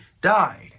died